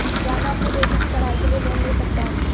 क्या मैं अपने बेटे की पढ़ाई के लिए लोंन ले सकता हूं?